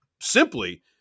simply